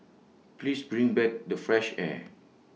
please bring back the fresh air